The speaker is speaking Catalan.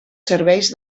serveis